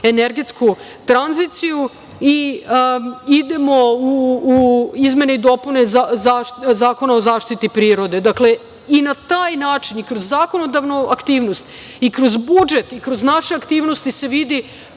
energetsku tranziciju i idemo u izmene dopune Zakona o zaštiti prirode. Dakle, i na taj način i kroz zakonodavnu aktivnost i kroz budžet i kroz naše aktivnosti se vidi